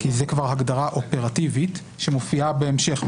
כי זו כבר הגדרה אופרטיבית שמופיעה בהמשך.